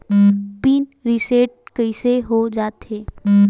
Pin reset कइसे हो जाथे?